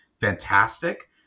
fantastic